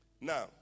Now